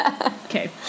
Okay